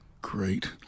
great